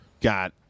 got